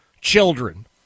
children